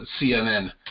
CNN